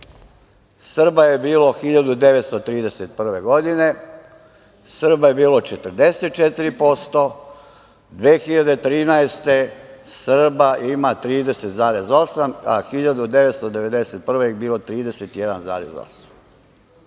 Srba je bilo 1931. godine, Srba je bilo 44%, 2013. godine Srba ima 30,8%, a 1991. godine ih je bilo 31,8%.